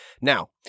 Now